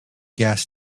gas